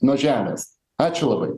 nuo žemės ačiū labai